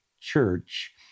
church